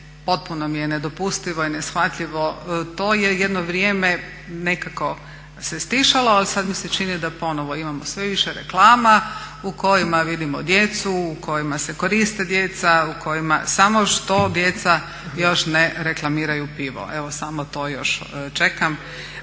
Potpuno mi je nedopustivo i neshvatljivo. To je jedno vrijeme nekako se stišalo, ali sad mi se čini da ponovo imamo sve više reklama u kojima vidimo djecu, u kojima se koriste djeca, u kojima samo što djeca još ne reklamiraju pivo. Evo samo to još čekam,